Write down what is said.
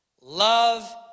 Love